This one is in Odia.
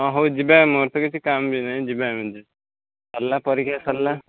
ହଁ ହଉ ଯିବା ମୋର ତ କିଛି କାମ ବି ନାଇଁ ଯିବା ଏମିତି ସରିଲା ପରୀକ୍ଷା ସରିଲା